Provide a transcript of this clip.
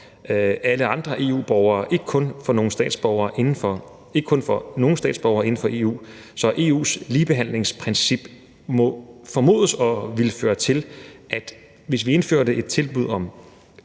alle andre EU-borgere, ikke kun for nogle statsborgere inden for EU. Så EU's ligebehandlingsprincip må formodes at ville føre til, at det, hvis vi indførte et tilbud om